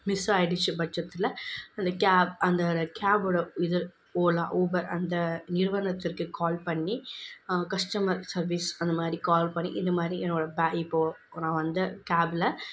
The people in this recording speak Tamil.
மிஸ் ஆகிடுச்சி பட்சத்தில் அந்த கேப் அந்தவோட கேபோடய இது ஓலா ஊபர் அந்த நிறுவனத்திற்கு கால் பண்ணி கஸ்டமர் சர்வீஸ் அந்த மாதிரி கால் பண்ணி இது மாதிரி என்னோடய பே இப்போது நான் வந்த கேப்ல